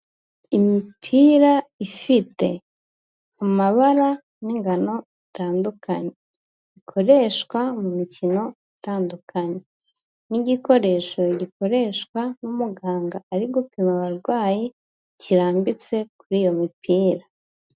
Imipira ifite amabara n'ingano zitandukanye, bikoreshwa mu mikino itandukanye n'igikoresho gikoreshwa n'umuganga ari gupima abarwayi, kirambitse kuri iyo mipira.